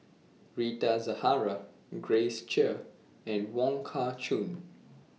Rita Zahara Grace Chia and Wong Kah Chun